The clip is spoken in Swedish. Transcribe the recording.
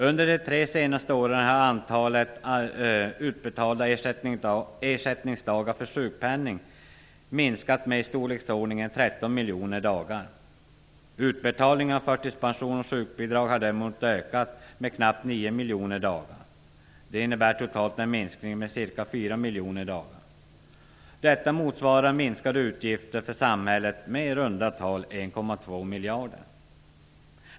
Under de tre senaste åren har antalet utbetalda ersättningsdagar för sjukpenning minskat med i storleksordningen 13 miljoner dagar. Utbetalning av förtidspension och sjukbidrag har däremot ökat med knappt 9 miljoner dagar. Det innebär totalt en minskning med ca 4 miljoner dagar. Detta motsvarar minskade utgifter för samhället med i runda tal 1,2 miljarder.